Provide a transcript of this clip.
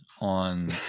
on